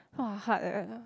!wah! hard leh